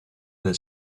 del